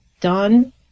done